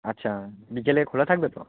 আচ্ছা বিকেলে খোলা থাকবে তো